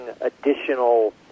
additional